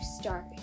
start